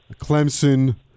Clemson